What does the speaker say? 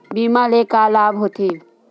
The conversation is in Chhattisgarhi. बीमा ले का लाभ होथे?